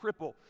cripple